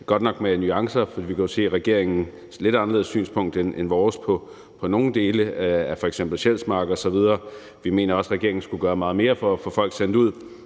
godt nok med nuancer, for vi kan jo se, at regeringen har et lidt andet synspunkt end vores med hensyn til nogle dele af det, f.eks. Sjælsmark. Vi mener også, at regeringen skulle gøre meget mere for at få folk sendt ud,